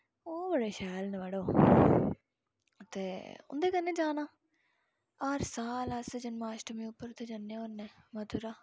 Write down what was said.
ओह् बड़े शैल न मड़ो ते उन्दे कन्नै जाना हर साल अस जन्माश्टमी उप्पर उत्थै जन्ने होन्ने मथूरा